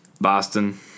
Boston